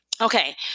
Okay